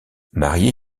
marié